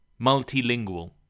Multilingual